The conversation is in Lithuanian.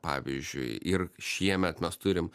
pavyzdžiui ir šiemet mes turim